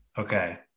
Okay